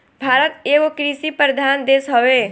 भारत एगो कृषि प्रधान देश हवे